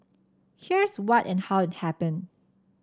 here's what and how it happened